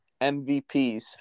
MVPs